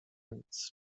nic